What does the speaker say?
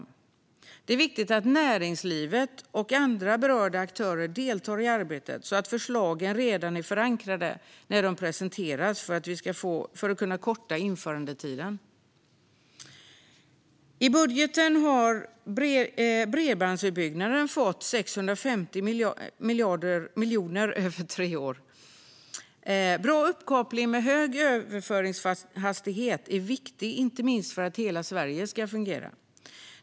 För att kunna korta införandetiden är det viktigt att näringslivet och andra berörda aktörer deltar i arbetet så att förslagen redan är förankrade när de presenteras. I budgeten har bredbandsutbyggnaden fått 650 miljoner över tre år. Bra uppkoppling med hög överföringshastighet är viktigt för att hela Sverige ska fungera.